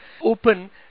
open